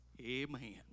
Amen